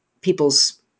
people's